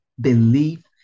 belief